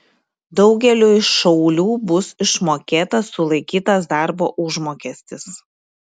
daugeliui šaulių bus išmokėtas sulaikytas darbo užmokestis